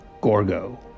Gorgo